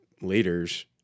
leaders